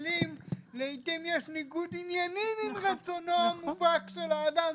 לעתים יש ניגוד עניינים עם רצונו המובהק של האדם,